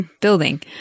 building